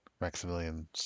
Maximilian